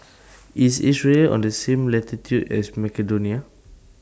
IS Israel on The same latitude as Macedonia